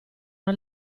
una